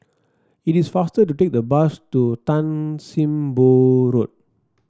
it is faster to take the bus to Tan Sim Boh Road